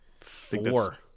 Four